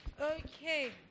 Okay